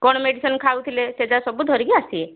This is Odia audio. କ'ଣ ମେଡ଼ିସିନ୍ ଖାଉଥିଲେ ସେଇଟା ସବୁ ଧରିକି ଆସିବେ